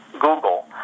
Google